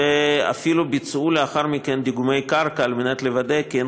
ואפילו ביצעו לאחר מכן דיגומי קרקע על מנת לוודא כי אין